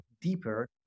deeper